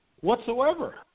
whatsoever